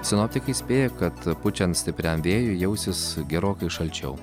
sinoptikai įspėja kad pučiant stipriam vėjui jausis gerokai šalčiau